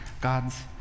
God's